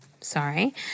sorry